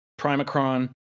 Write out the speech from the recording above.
Primacron